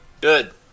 Good